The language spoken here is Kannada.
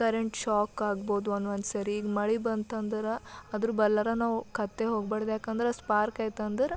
ಕರೆಂಟ್ ಶಾಕ್ ಆಗಬೋದು ಒಂದು ಒಂದು ಸರಿ ಈಗ ಮಳೆ ಬಂತು ಅಂದ್ರೆ ಅದ್ರ ಬಳಿರೆ ನಾವು ಖತ್ತೇ ಹೋಗ್ಬಾರ್ದು ಯಾಕೆಂದ್ರೆ ಸ್ಪಾರ್ಕ್ ಆಯ್ತಂದ್ರೆ